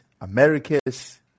Americas